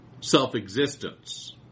self-existence